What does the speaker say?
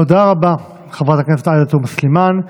תודה רבה, חברת הכנסת עאידה תומא סלימאן.